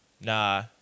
Nah